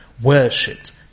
worshipped